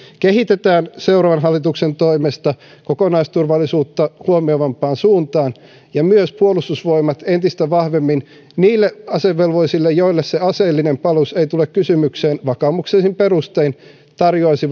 kehitetään seuraavan hallituksen toimesta kokonaisturvallisuutta huomioivampaan suuntaan ja että myös puolustusvoimat entistä vahvemmin niille asevelvollisille joille se aseellinen palvelus ei tule kysymykseen vakaumuksellisin perustein tarjoaisi